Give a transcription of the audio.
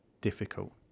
difficult